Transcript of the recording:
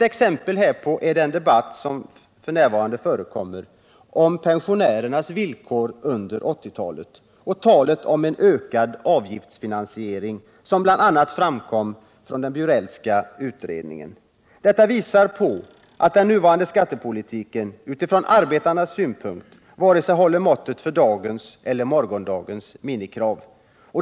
Exempel härpå är den debatt som just nu förs om pensionärernas villkor under 1980-talet och de tankar på en ökad avgiftsfinansiering som bl.a. framkom från den Bjurelska utredningen. Detta visar på att den nuvarande skattepolitiken från arbetarnas synpunkt inte håller måttet för vare sig dagens eller morgondagens minimikrav.